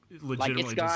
legitimately